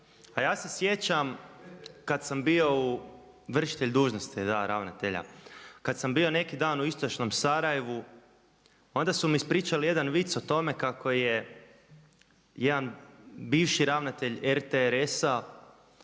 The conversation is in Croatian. a ja se sjećam kad sam bio vršitelj dužnosti, da ravnatelja. Kad sam bio neki dan u istočnom Sarajevu onda su mi ispričali jedan vic o tome kako je jedan bivši ravnatelj RTRS-a